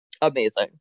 Amazing